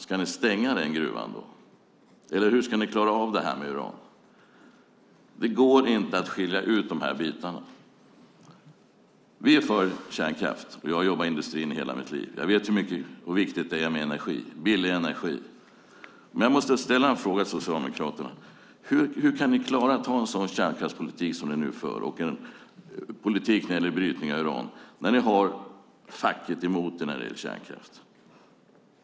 Ska ni stänga gruvan? Hur ska ni klara av detta med uran? Det går inte att skilja ut bitarna. Vi är för kärnkraft. Jag har jobbat i industrin i hela mitt liv. Jag vet hur viktigt det är med billig energi. Men jag måste ställa en fråga till Socialdemokraterna: Hur kan ni klara att ha en sådan kärnkraftspolitik som ni nu för och politik när det gäller brytning av uran när ni har facket emot er?